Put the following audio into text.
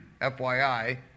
FYI